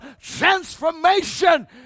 transformation